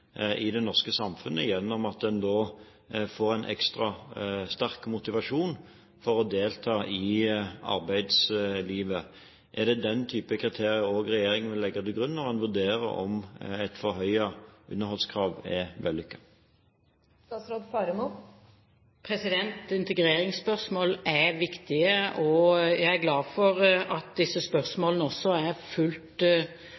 i det norske samfunnet gjennom at en da får en ekstra sterk motivasjon for å delta i arbeidslivet. Er det den type kriterier også regjeringen vil legge til grunn når man vurderer om et forhøyet underholdskrav er vellykket? Integreringsspørsmål er viktige, og jeg er glad for at disse